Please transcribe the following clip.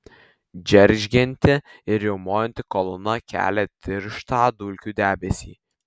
džeržgianti ir riaumojanti kolona kelia tirštą dulkių debesį